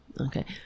Okay